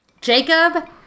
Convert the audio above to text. Jacob